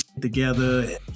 together